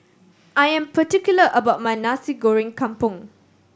I am particular about my Nasi Goreng Kampung